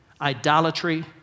idolatry